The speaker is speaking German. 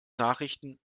nachrichten